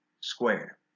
square